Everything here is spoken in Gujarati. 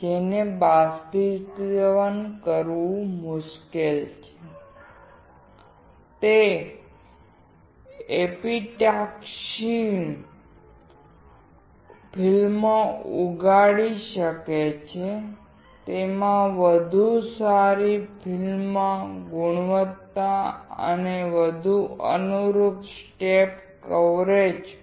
જેને બાષ્પીભવન કરવું મુશ્કેલ છે તે એપિટાક્ષિણ ફિલ્મો ઉગાડી શકે છે તેમાં વધુ સારી ફિલ્મ ગુણવત્તા અને વધુ અનુરૂપ સ્ટેપ કવરેજ છે